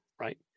right